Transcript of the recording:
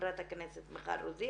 חברת הכנסת מיכל רוזין